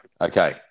Okay